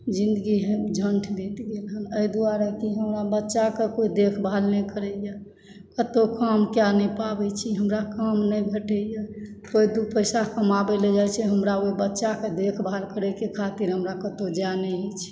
जिन्दगी झण्ड बीत गेल एहि दुआरे कि हमरा बच्चाकेँ कोई देखभाल नहि करैया कतौ क़ाम कए नहि पाबै छी हमरा काम नहि भेटैया कोई दू पैसा कमाबै लए जाइ छै हमरा ओहि बच्चाके देखभाल करैके खातिर हमरा कतौ जा नहि होइ अछि